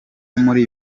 muri